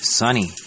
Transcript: sunny